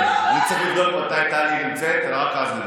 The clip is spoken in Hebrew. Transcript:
אני צריך לבדוק מתי טלי נמצאת ורק אז לדבר.